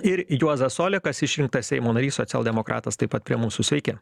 ir juozas olekas išrinktas seimo narys socialdemokratas taip pat prie mūsų sveiki